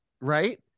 right